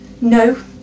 No